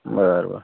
बरं बरं